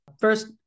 First